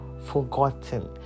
forgotten